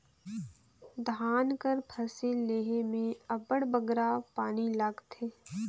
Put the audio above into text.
धान कर फसिल लेहे में अब्बड़ बगरा पानी लागथे